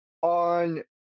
On